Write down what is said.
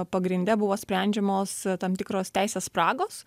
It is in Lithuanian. pagrinde buvo sprendžiamos tam tikros teisės spragos